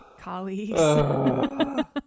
colleagues